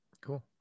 Cool